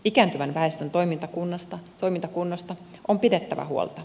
ikääntyvän väestön toimintakunnosta on pidettävä huolta